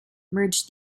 merge